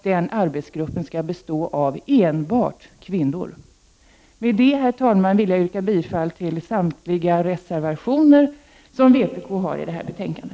Den arbetsgruppen skall bestå av enbart kvinnor. Med detta, herr talman, yrkar jag bifall till samtliga de reservationer som vpk har i detta betänkande.